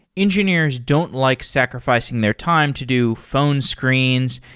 engineers don't like sacrificing their time to do phone screens,